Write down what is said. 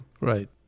Right